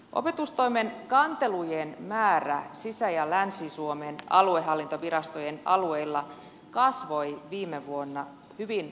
opetustoimen kantelujen määrä sisä ja länsi suomen aluehallintovirastojen alueilla kasvoi viime vuonna hyvin merkittävästi